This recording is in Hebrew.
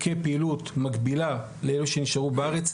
כפעילות מקבילה לאלה שנשארו בארץ.